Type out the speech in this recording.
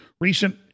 recent